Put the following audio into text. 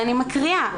ואני מקריאה: